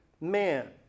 man